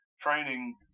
training